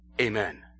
Amen